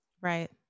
Right